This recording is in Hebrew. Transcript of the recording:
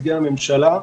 נציגי הממשלה.